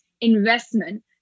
investment